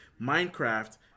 minecraft